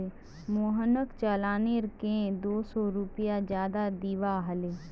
मोहनक चालानेर के दो सौ रुपए ज्यादा दिबा हले